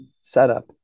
setup